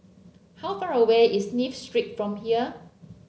how far away is Smith Street from here